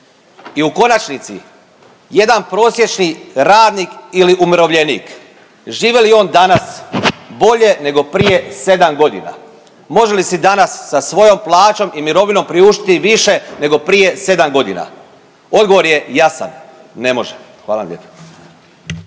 I u konačnici jedan prosječni radnik ili umirovljenik živi li on danas bolje nego prije sedam godina? Može li si danas sa svojom plaćom i mirovinom priuštiti više nego prije sedam godina? Odgovor je jasan, ne može. Hvala vam lijepa.